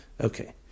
Okay